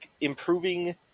improving